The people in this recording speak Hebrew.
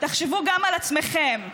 תחשבו גם על עצמכם.